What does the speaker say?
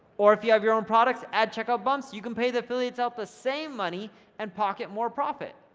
or if you have your own products, add checkout bumps. you can pay the affiliates out the same money and pocket more profit.